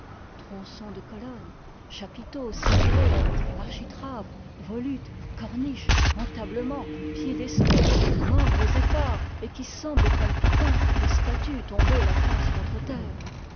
tronçons de colonnes chapiteaux ciselés architraves volutes corniches entablemens piédestaux membres épars et qui semblent palpitans des statues tombées la face contre terre